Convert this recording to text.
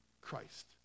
Christ